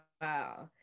Wow